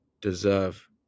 deserve